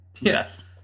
Yes